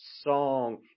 song